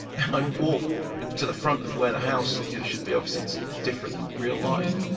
and i walked to the front of where the house should be obviously, it's different in real life.